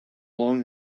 long